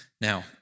Now